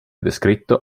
descritto